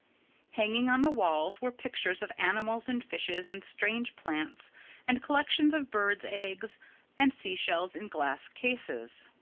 hanging on the walls were pictures of animals and fishes and strange plants and collections of birds' eggs and sea-shells in glass cases.